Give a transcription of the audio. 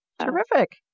Terrific